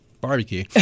Barbecue